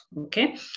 okay